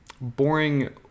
boring